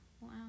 Wow